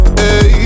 hey